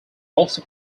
also